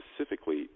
specifically